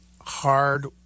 hard